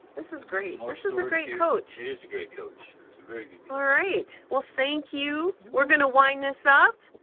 this is great, and this is a great coach. it is a great coach. it's a very good coach. alright, well, thank you. we're gonna wind this up.